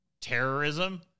terrorism